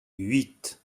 huit